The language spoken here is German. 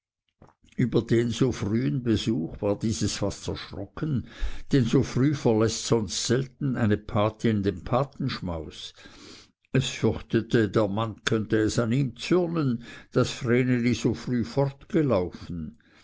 über den so frühen besuch war dieses fast erschrocken denn so früh verläßt sonst selten eine gotte den patenschmaus es fürchtete der mann könnte es an ihm zürnen daß vreneli so frühe